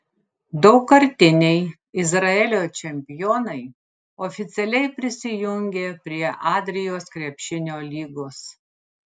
daugkartiniai izraelio čempionai oficialiai prisijungė prie adrijos krepšinio lygos